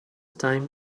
time